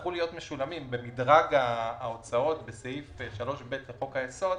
יצטרכו להיות משולמות במדרג ההוצאות בסעיף 3(ב) לחוק היסוד.